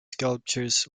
sculptures